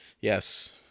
Yes